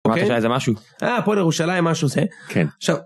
איזה משהו אה הפועל ירושלים משהו זה, כן.